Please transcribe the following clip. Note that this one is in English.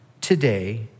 today